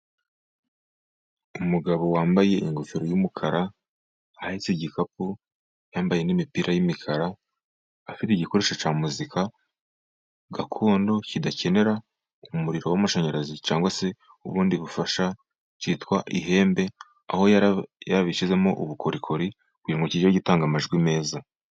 Umugabo wambaye ingofero y'umukara ahetse igikapu, yambaye n'imipira y'imikara, afite igikoresho cya muzika gakondo kidakenera umuriro w'amashanyarazi, cyangwa se ubundi bufasha, cyitwa ihembe, aho yabishyizemo ubukorikori, kugira ngo kijye gitanga amajwi meza.